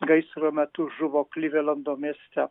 gaisro metu žuvo klivelando mieste